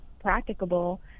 practicable